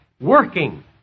working